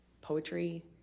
poetry